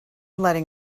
letting